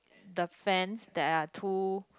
the fence there are two